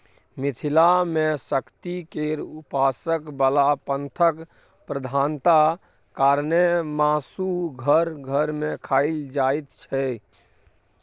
मिथिला मे शक्ति केर उपासक बला पंथक प्रधानता कारणेँ मासु घर घर मे खाएल जाइत छै